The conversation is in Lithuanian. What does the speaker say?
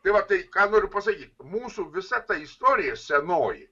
tai va tai ką noriu pasakyt mūsų visa ta istorija senoji